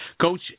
Coach